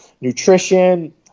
nutrition